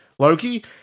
Loki